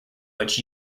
which